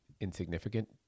insignificant